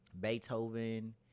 beethoven